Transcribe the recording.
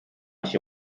się